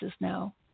now